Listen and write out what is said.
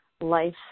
Life